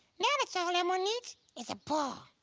now but so all elmo needs is a ball.